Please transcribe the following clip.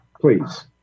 please